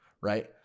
right